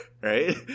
right